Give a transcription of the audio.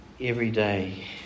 everyday